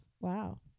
Wow